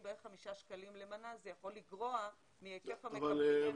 בערך חמישה שקלים למנה זה יכול לגרוע מהיקף המקבלים.